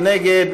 מי נגד?